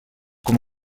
com